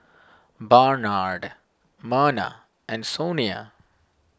Barnard Merna and Sonia